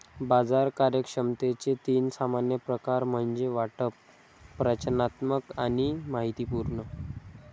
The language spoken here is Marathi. बाजार कार्यक्षमतेचे तीन सामान्य प्रकार म्हणजे वाटप, प्रचालनात्मक आणि माहितीपूर्ण